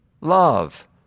love